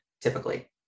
typically